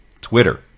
Twitter